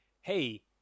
hey